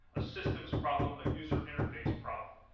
a systems problem, a user interface problem.